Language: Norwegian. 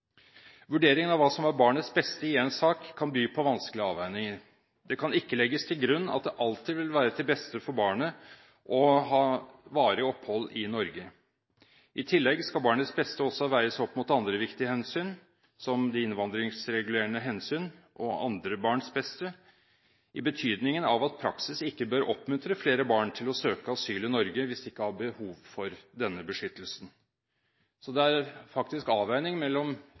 Vurderingen av hva som er barnets beste i en sak, kan by på vanskelige avveininger. Det kan ikke legges til grunn at det alltid vil være til beste for barnet å ha varig opphold i Norge. I tillegg skal barnets beste også veies opp mot andre viktige hensyn, som innvandringsregulerende hensyn og andre barns beste, i betydningen av at praksis ikke bør oppmuntre flere barn til å søke asyl i Norge hvis de ikke har behov for denne beskyttelsen. Det er faktisk en avveining mellom